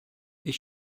ich